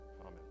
Amen